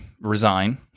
resign